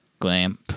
glamp